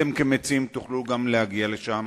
אתם כמציעים תוכלו גם להגיע לשם.